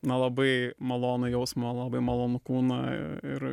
na labai malonų jausmą labai malonų kūną ir